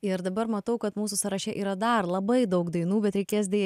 ir dabar matau kad mūsų sąraše yra dar labai daug dainų bet reikės deja